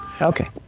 Okay